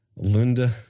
Linda